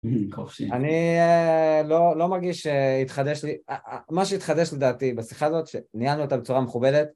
אני לא מרגיש שהתחדש לי, מה שהתחדש לי דעתי בשיחה הזאת, שניהלנו אותה בצורה מכובדת